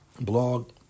blog